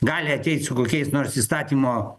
gali ateit su kokiais nors įstatymo